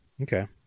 okay